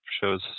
shows